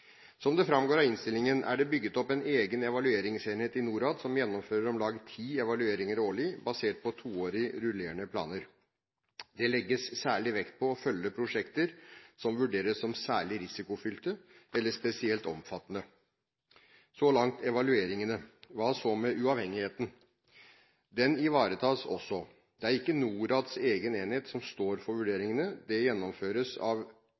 Som det framgår av innstillingen, er det bygd opp en egen evalueringsenhet i NORAD som gjennomfører om lag ti evalueringer årlig, basert på toårige rullerende planer. Det legges særlig vekt på å følge prosjekter som vurderes som særlig risikofylte eller spesielt omfattende. Så langt evalueringene. Hva så med uavhengigheten? Den ivaretas også. Det er ikke NORADs egen enhet som står for vurderingene. Det gjennomføres av